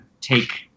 take